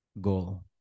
goal